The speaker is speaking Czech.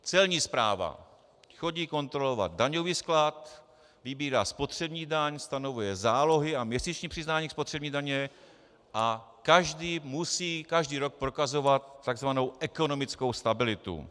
Celní správa chodí kontrolovat daňový sklad, vybírá spotřební daň, stanovuje zálohy a měsíční přiznání spotřební daně a každý musí každý rok prokazovat tzv. ekonomickou stabilitu.